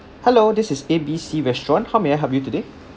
hello this is A B C restaurant how may I help you today